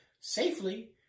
safely